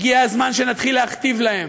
הגיע הזמן שנתחיל להכתיב להם.